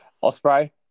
Osprey